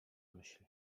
myśl